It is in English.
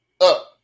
up